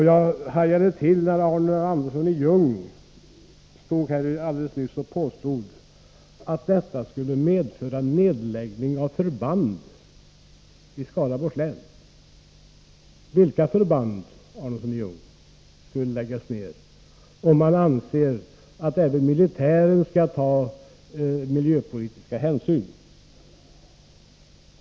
Jag ryckte till när Arne Andersson i Ljung alldeles nyss påstod att detta skulle medföra nedläggning av förband i Skaraborgs län. Vilka förband, Arne Andersson i Ljung, skulle läggas ned, om man anser att även militären skall ta miljöpolitiska hänsyn?